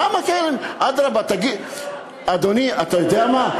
כמה כאלה, אדרבה, אדוני, אתה יודע מה?